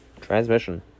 transmission